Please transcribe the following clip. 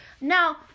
Now